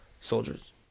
soldiers